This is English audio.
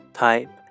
type